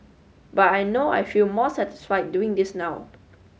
but I know I feel more satisfied doing this now